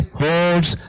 holds